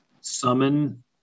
summon